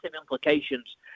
implications